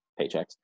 paychecks